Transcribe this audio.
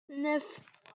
neuf